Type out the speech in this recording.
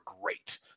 great